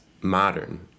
modern